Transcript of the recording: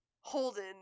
holden